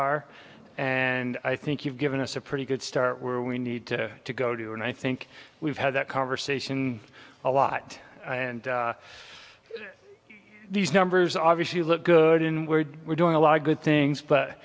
are and i think you've given us a pretty good start where we need to go to and i think we've had that conversation a lot and these numbers obviously look good in we're doing a lot of good things but